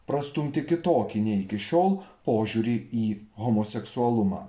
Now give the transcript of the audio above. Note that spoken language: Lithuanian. prastumti kitokį nei iki šiol požiūrį į homoseksualumą